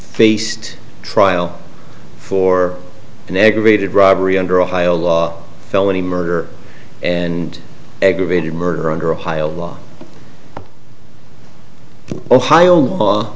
faced trial for an aggravated robbery under ohio law felony murder and aggravated murder under ohio law ohio